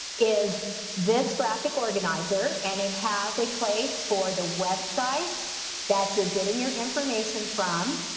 is this graphic organizer, and it has a place for the website that you're getting your information from.